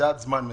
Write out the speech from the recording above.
זה עד זמן מסוים.